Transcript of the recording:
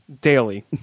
Daily